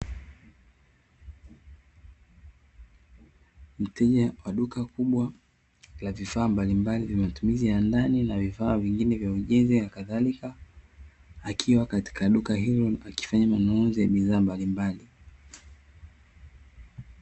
Mteja wa duka kubwa la vifaa mbalimbali vya matumizi ya ndani na vifaa vingine vya ujenzi na kadhalika, akiwa katika duka hilo akifanya manunuzi ya bidhaa mbalimbali.